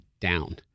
down